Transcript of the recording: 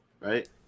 right